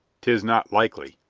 tis not likely,